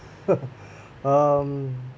um